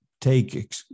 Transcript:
take